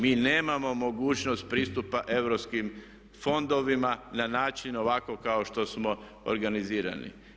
Mi nemamo mogućnost pristupa europskim fondovima na način ovako kao što smo organizirani.